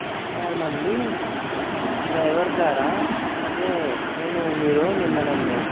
నమస్కారమండి డ్రైవర్ గారా అదే నేను మీరు నిన్న నన్ను